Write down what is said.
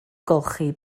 golchi